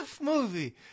movie